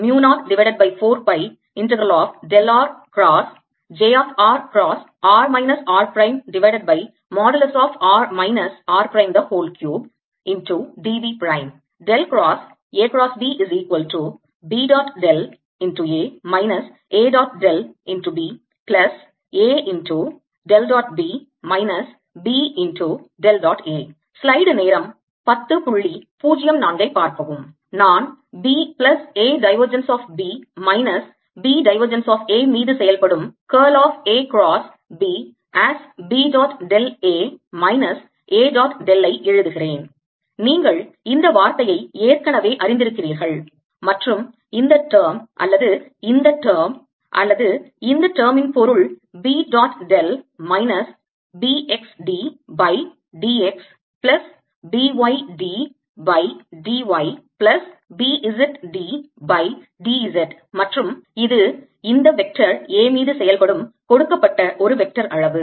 நான் B plus A divergence of B minus B divergence of A மீது செயல்படும் curl of A cross B as B dot del A minus A dot del ஐ எழுதுகிறேன் நீங்கள் இந்த வார்த்தையை ஏற்கனவே அறிந்திருக்கிறீர்கள் மற்றும் இந்த term அல்லது இந்த term அல்லது இந்த term ன் பொருள் B dot del minus B x D by D x plus B y D by D y plus B z D by D z மற்றும் இது இந்த வெக்டர் A மீது செயல்படும் கொடுக்கப்பட்ட ஒரு வெக்டார் அளவு